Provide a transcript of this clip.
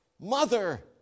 Mother